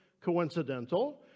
coincidental